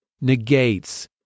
negates